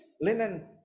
linen